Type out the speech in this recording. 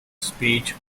speech